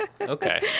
okay